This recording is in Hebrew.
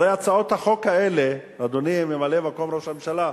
הרי הצעות החוק האלה, אדוני ממלא-מקום ראש הממשלה,